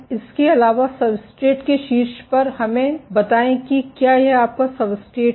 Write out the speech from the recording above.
इसके अलावा सब्सट्रेट के शीर्ष पर हमें बताएं कि क्या यह आपका सब्सट्रेट है